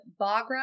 Bagra